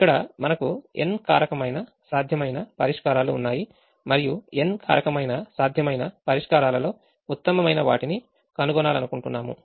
ఇక్కడ మనకు n కారకమైన సాధ్యమైన పరిష్కారాలు ఉన్నాయి మరియు n కారకమైన సాధ్యమైన పరిష్కారాలలో ఉత్తమమైన వాటిని కనుగొనాలనుకుంటున్నాము